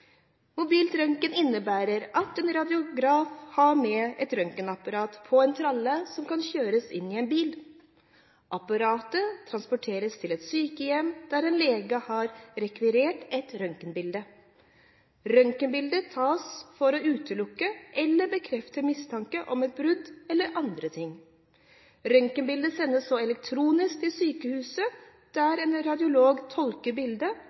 røntgen innebærer at en radiograf har med et røntgenapparat på en tralle som kan kjøres inn i en bil. Apparatet transporteres til et sykehjem, der en lege har rekvirert et røntgenbilde. Røntgenbildet tas for å utelukke eller bekrefte mistanke om et brudd eller andre ting. Røntgenbildet sendes så elektronisk til sykehuset, der en radiolog tolker bildet